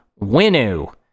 Winu